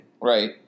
Right